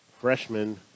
freshman